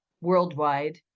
worldwide